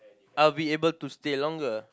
I'll be able to stay longer